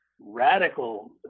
radical